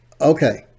Okay